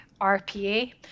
RPA